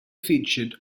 featured